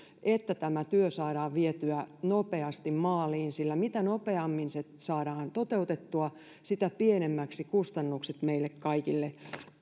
että tämä työ saadaan vietyä nopeasti maaliin sillä mitä nopeammin se saadaan toteutettua sitä pienemmiksi kustannukset meille kaikille